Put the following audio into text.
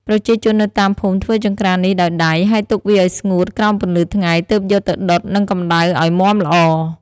ប្រជាជននៅតាមភូមិធ្វើចង្ក្រាននេះដោយដៃ ហើយទុកវាឱ្យស្ងួតក្រោមពន្លឺថ្ងៃ ទើបយកទៅដុតនឹងកម្ដៅឱ្យមាំល្អ។